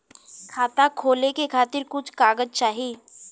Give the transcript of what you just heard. खाता खोले के खातिर कुछ कागज चाही?